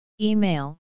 Email